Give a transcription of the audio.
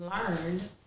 learned